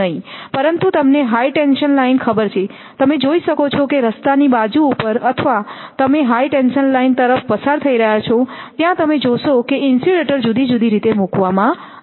પરંતુ તમને high tension line ખબર છે તમે જોઈ શકો છો કે રસ્તાની બાજુ પર અથવા તમે હાઇ ટેન્શન લાઇન તરફ પસાર થઈ રહ્યા છો ત્યાં તમે જોશો કે ઇન્સ્યુલેટર જુદી જુદી રીતે મૂકવામાં આવે છે